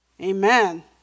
Amen